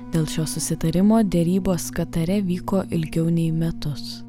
dėl šio susitarimo derybos katare vyko ilgiau nei metus